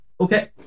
Okay